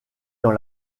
dans